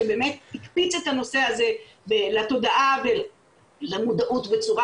שבאמת הקפיץ את הנושא הזה לתודעה ולמודעות בצורה